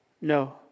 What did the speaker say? No